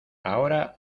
ahora